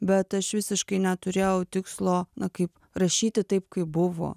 bet aš visiškai neturėjau tikslo kaip rašyti taip kaip buvo